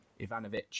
Ivanovic